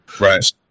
Right